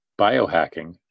biohacking